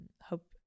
hope